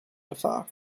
gefahr